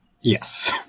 Yes